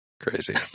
Crazy